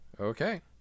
Okay